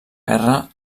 guerra